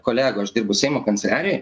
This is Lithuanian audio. kolegų aš dirbu seimo kanceliarijoj